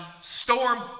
storm